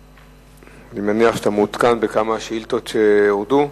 אני מניח שאתה מעודכן בכמה שאילתות שהורדו.